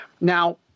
Now